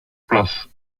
place